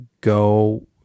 go